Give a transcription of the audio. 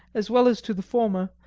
as well as to the former,